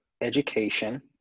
education